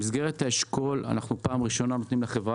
במסגרת האשכול אנחנו נותנים לחברה